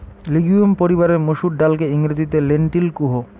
legume পরিবারের মসুর ডালকে ইংরেজিতে লেন্টিল কুহ